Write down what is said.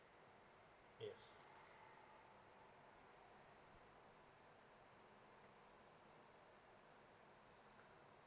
yes